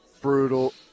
brutal